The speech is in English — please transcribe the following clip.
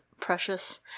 precious